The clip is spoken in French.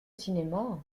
cinéma